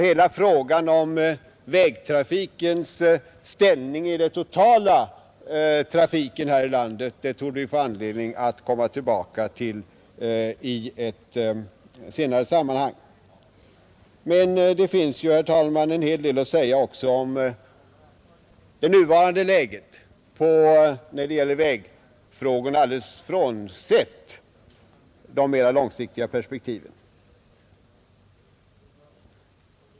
Hela frågan om vägtrafikens ställning i den totala trafiken här i landet torde vi få anledning återkomma till i ett senare sammanhang. Men det finns ju, herr talman, en hel del att säga också om det nuvarande läget när det gäller vägfrågorna, alldeles frånsett de mera långsiktiga perspektiven.